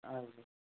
हजुर